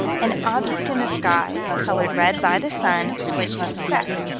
an object in the sky, colored red by the sun, which had set.